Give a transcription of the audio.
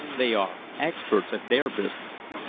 they are experts at their business.